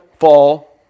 fall